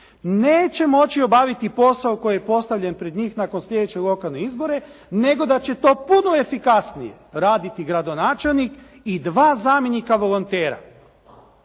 neće moći obaviti posao koji je postavljen pred njih nakon sljedeće lokalne izbore nego da će to puno efikasnije raditi gradonačelnik i dva zamjenika volontera